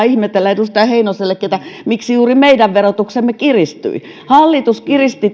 ihmetellä edustaja heinosellekin että miksi juuri meidän verotuksemme kiristyi hallitus kiristi